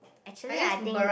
actually I think